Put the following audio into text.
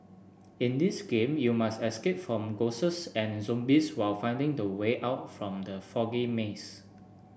in this game you must escape from ghosts and zombies while finding the way out from the foggy maze